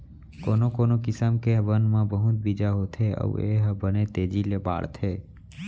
कोनो कोनो किसम के बन म बहुत बीजा होथे अउ ए ह बने तेजी ले बाढ़थे